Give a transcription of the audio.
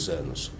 anos